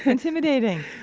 intimidating,